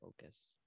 focus